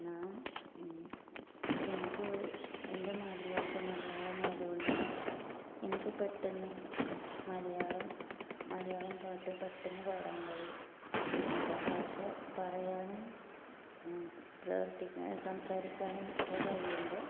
നാം എനിക്ക് എൻ്റെ മാതൃഭാഷ മലയാളം ആയതുകൊണ്ടുതന്നെ എനിക്ക് പെട്ടെന്ന് മലയാളം മലയാളം പാട്ട് പെട്ടെന്ന് പാടാൻ കഴിയും നമുക്ക് ആ ഭാഷ പറയാനും പ്രവർത്തിക്കാ സംസാരിക്കാനും ഒക്കെ കഴിയുമ്പോൾ